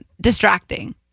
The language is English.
distracting